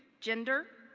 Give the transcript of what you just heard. gender,